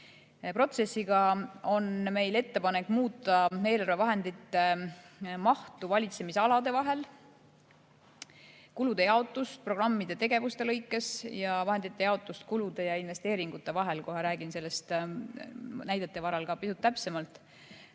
Protsessiga on meil ettepanek muuta eelarvevahendite mahtu valitsemisalade vahel, kulude jaotust programmide tegevuste lõikes ja vahendite jaotust kulude ja investeeringute vahel. Kohe räägin sellest näidete varal pisut täpsemalt.